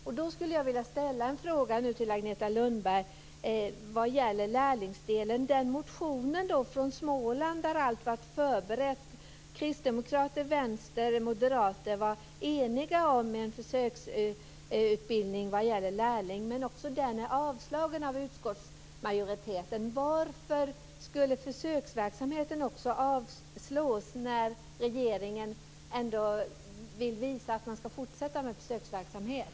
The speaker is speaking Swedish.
Kristdemokraterna, Vänstern och Moderaterna var eniga om en försöksutbildning i Småland för lärlingar och allt var förberett har också avstyrkts av utskottsmajoriteten. Varför skulle den försöksverksamheten avslås när regeringen ändå vill visa att man ska fortsätta med försöksverksamhet?